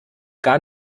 gar